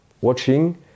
watching